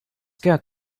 got